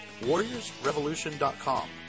warriorsrevolution.com